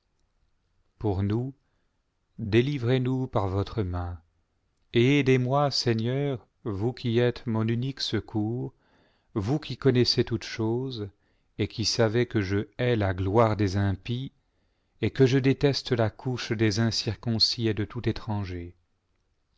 pour nous délivrez-nous par votre main et aidez-moi seigneur vous qui êtes mon unique secours vous qui connaissez toutes choses et qui savez que je hais a gloire des impies et que je déteste la couche des incirconcis et de tout étranger